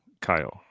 Kyle